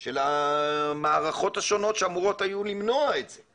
של המערכות השונות שאמורות היו למנוע את זה,